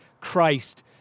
Christ